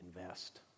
invest